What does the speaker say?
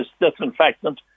disinfectant